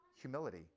humility